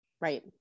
Right